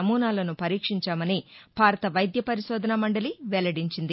నమూనాలను పరీక్షించామని భారత వైద్య పరిశోధన మండలి వెల్లడించింది